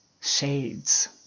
Shades